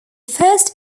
first